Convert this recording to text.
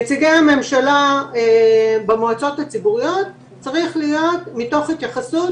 נציגי הממשלה במועצות הציבוריות צריך להיות מתוך התייחסות